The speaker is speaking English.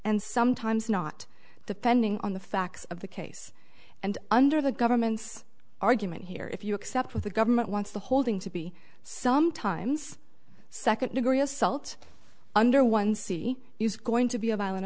and sometimes not depending on the facts of the case and under the government's argument here if you accept what the government wants the holding to be sometimes second degree assault under one cd is going to be a violent